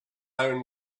own